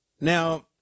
Now